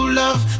love